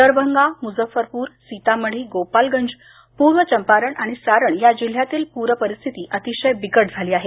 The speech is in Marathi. दरभंगा मुझ्झफरपूर सीतामढी गोपालगंज पूर्व चम्पारण आणि सारण या जिल्ह्यांतील पूरपरिस्थिती अतिशय बिकट झाली आहे